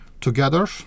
together